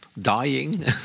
dying